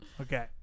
Okay